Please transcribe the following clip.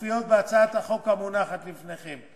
מופיעות בהצעת החוק המונחת לפניכם.